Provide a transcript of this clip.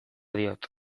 diot